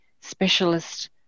specialist